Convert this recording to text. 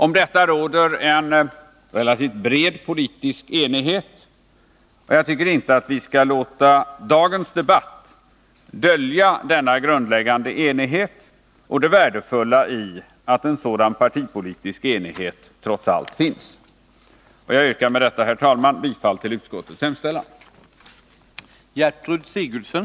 Om detta råder en relativt bred politisk enighet, och jag tycker inte att vi skall låta dagens debatt dölja denna grundläggande enighet och det värdefulla i att en sådan partipolitisk enighet trots allt finns. Jag yrkar med detta, herr talman, bifall till utskottets hemställan.